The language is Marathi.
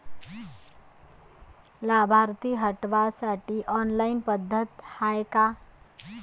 लाभार्थी हटवासाठी ऑनलाईन पद्धत हाय का?